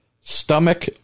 stomach